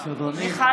מיכל